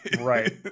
right